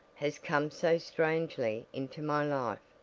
has come so strangely into my life,